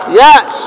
yes